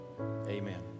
Amen